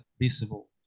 visible